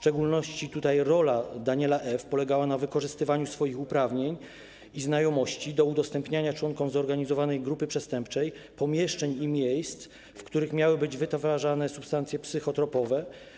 Rola Daniela F. polegała w szczególności na wykorzystywaniu swoich uprawnień i znajomości do udostępniania członkom zorganizowanej grupy przestępczej pomieszczeń i miejsc, w których miały być wytwarzane substancje psychotropowe.